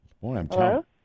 Hello